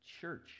church